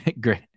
great